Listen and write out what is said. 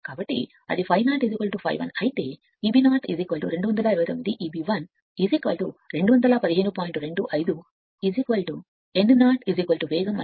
కాబట్టి అది ∅0 ∅1 అయితే Eb 0 గా 229 Eb 1 మేము 215